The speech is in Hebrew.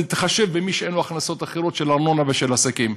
צריך להתחשב במי שאין לו הכנסות אחרות של ארנונה ושל עסקים.